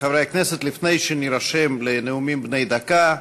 חברי הכנסת, לפני שנירשם לנאומים בני דקה,